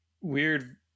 weird